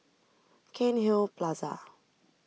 Cairnhill Plaza